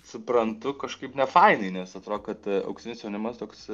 suprantu kažkaip nefainai nes atrodo kad auksinis jaunimas toks